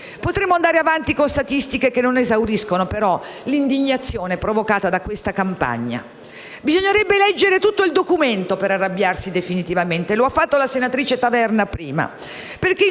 Potremmo andare avanti con statistiche, che non esauriscono però l'indignazione provocata da questa campagna. Bisognerebbe leggere tutto il documento per arrabbiarsi definitivamente, come ha fatto la senatrice Taverna prima,